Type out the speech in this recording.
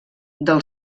del